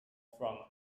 from